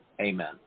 Amen